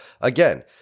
again